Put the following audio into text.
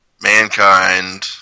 Mankind